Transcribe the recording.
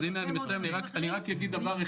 עוד הרבה מאוד --- אני אגיד דבר אחרון.